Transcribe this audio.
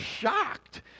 shocked